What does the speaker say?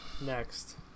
next